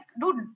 dude